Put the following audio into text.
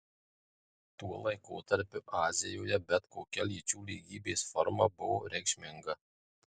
tuo laikotarpiu azijoje bet kokia lyčių lygybės forma buvo reikšminga